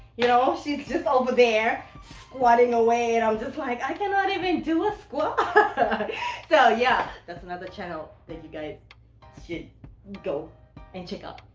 you know she's just over there squatting away and i'm just like i cannot even do a squat so yeah, that's another channel that you guys should go and check out.